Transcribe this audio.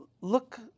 look